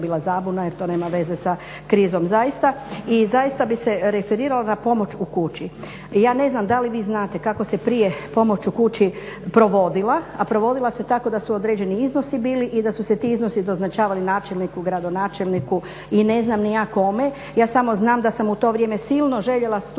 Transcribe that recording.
bila zabuna jer to nema veze sa krizom zaista. I zaista bi se referirala na pomoć u kući. I ja ne znam da li vi znate kako se prije pomoć u kući provodila. A provodila se tako da su određeni iznosi bili i da su se ti iznosi doznačavali načelniku, gradonačelniku i ne znam ni ja kome. Ja samo znam da sam u to vrijeme silno željela stupiti